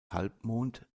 halbmond